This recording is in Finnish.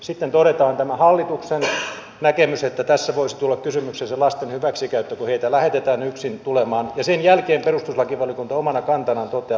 sitten todetaan tämä hallituksen näkemys että tässä voisi tulla kysymykseen se lasten hyväksikäyttö kun heitä lähetetään yksin tulemaan ja sen jälkeen perustuslakivaliokunta omana kantanaan toteaa